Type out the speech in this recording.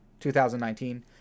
2019